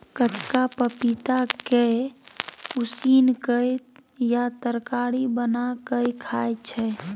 कचका पपीता के उसिन केँ या तरकारी बना केँ खाइ छै